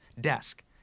desk